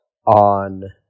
On